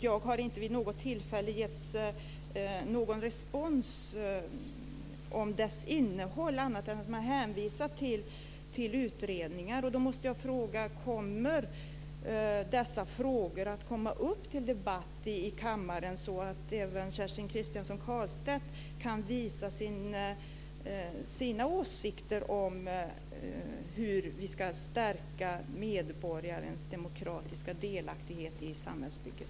Jag har inte vid något tillfälle fått någon annan respons vad gäller innehållet än hänvisningar till utredningar. Jag måste därför fråga om dessa angelägenheter kommer upp till debatt i kammaren, så att även Kerstin Kristiansson Karlstedt kan visa sina åsikter om hur vi ska stärka medborgarens demokratiska delaktighet i samhällsbygget.